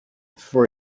for